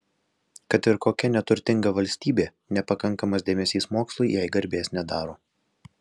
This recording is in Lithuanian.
kad ir kokia neturtinga valstybė nepakankamas dėmesys mokslui jai garbės nedaro